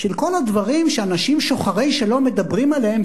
של כל הדברים שאנשים שוחרי שלום מדברים עליהם,